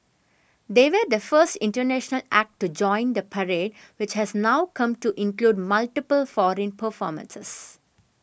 they were the first international act to join the parade which has now come to include multiple foreign performances